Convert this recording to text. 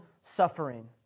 suffering